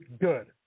Good